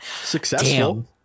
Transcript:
Successful